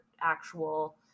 actual